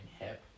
hip